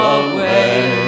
away